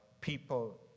people